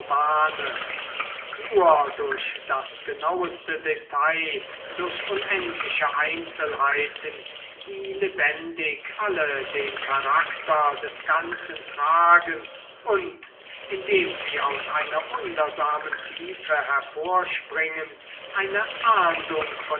nur durch das genauste detail durch unendliche einzelnheiten die lebendig alle den charakter des ganzen tragen und indem sie aus einer wundersamen tiefe hervorspringen eine ahndung